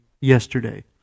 yesterday